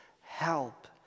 help